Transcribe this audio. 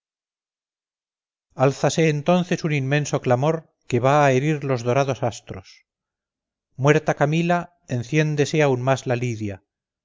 alzase entonces un inmenso clamor que va a herir los dorados astros muerta camila enciéndese aún más la lidia